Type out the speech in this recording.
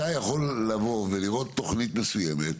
אתה יכול לבוא ולראות תכנית עבודה מסוימת,